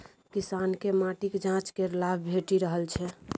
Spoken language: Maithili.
किसानकेँ माटिक जांच केर लाभ भेटि रहल छै